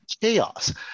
chaos